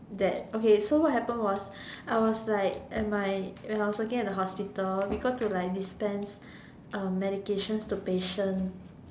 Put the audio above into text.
that okay so what happened was I was like at my when I was working at the hospital we get to like dispense medication to patients